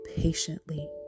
patiently